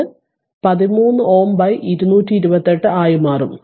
ഇത് 13Ω 228 ആയി മാറും